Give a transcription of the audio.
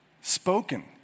spoken